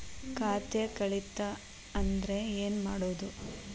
ಖಾತೆ ಕಳಿತ ಅಂದ್ರೆ ಏನು ಮಾಡೋದು?